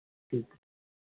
ਠੀਕ